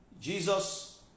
Jesus